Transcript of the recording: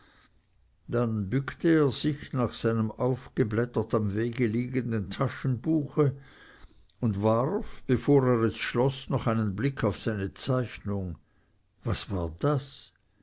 dann bückte er sich nach seinem aufgeblättert am wege liegenden taschenbuche und warf bevor er es schloß noch einen blick auf seine zeichnung was war das